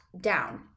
down